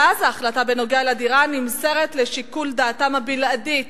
ואז ההחלטה בנוגע לדירה נמסרת לשיקול דעתם הבלעדית